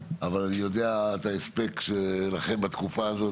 אבל אני יודע את ההספק שלכם בתקופה הזאת,